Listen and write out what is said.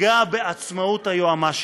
תפגע בעצמאות היועמ"שים.